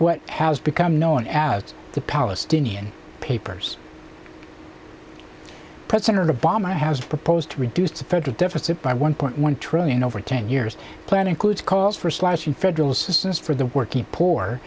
what has become known as the palestinian papers president obama has proposed to reduce the federal deficit by one point one trillion over ten years plan includes calls for slashing federal assistance for the working poor